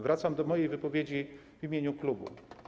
Wracam do mojej wypowiedzi w imieniu klubu.